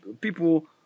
people